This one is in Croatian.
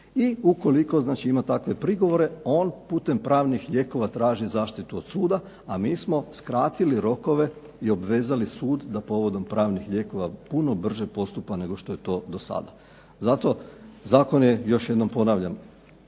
i ukoliko znači ima takve prigovore on putem pravnih lijekova traži zaštitu od suda, a mi smo skratili rokove i obvezali sud da povodom pravnih lijekova puno brže postupa nego što je to do sada. Zato, zakon je još jednom ponavljam